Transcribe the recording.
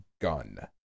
gun